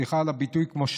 סליחה על הביטוי, כמו שנוררים,